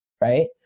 right